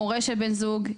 הורה של בן זוג,